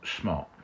SMART